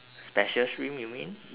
special stream you mean